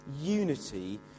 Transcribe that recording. unity